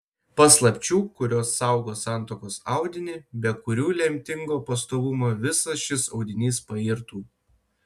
paslapčių kurios saugo santuokos audinį be kurių lemtingo pastovumo visas šis audinys pairtų